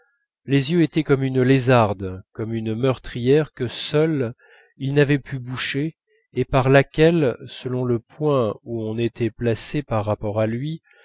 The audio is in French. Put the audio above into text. les yeux étaient comme une lézarde comme une meurtrière que seule il n'avait pu boucher et par laquelle selon le point où on était placé par rapport à lui